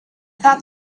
thought